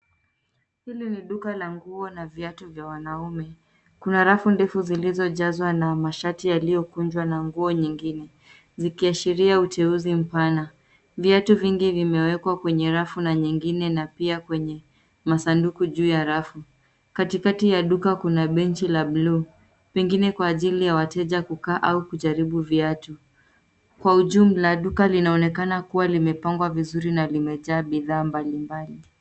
Hili ni duka la nguo na viatu vya wanaume. Kuna rafu ndefu zilizojazwa na mashati yaliyokunjwa na nguo nyingine, zikiashiria uteuzi mpana. Viatu vingi vimewekwa kwenye rafu na nyingine na pia kwenye masanduku juu ya rafu. Katikati ya duka kuna benchi la bluu, pengine kwa ajili ya wateja kukaa au kujaribu viatu. Kwa ujumla, duka linaonekana kuwa limepangwa vizuri na limejaa bidhaa mbali mbali.